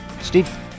Steve